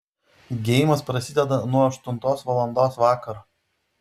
geimas prasideda nuo aštuntos valandos vakaro